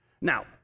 Now